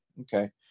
Okay